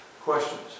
Questions